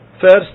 first